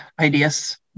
ideas